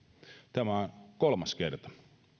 tämä on kolmas kerta